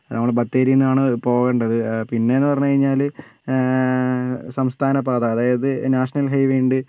ആ നമ്മൾ ബത്തേരിന്നാണ് പോവണ്ടത് പിന്നേന്ന് പറഞ്ഞാൽ സംസ്ഥാന പാത അതായത് നാഷണൽ ഹൈവേയിണ്ട്